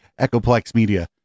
EchoPlexMedia